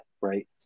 right